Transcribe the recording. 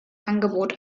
angebot